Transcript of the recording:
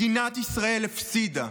מדינת ישראל הפסידה.